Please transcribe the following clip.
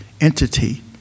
entity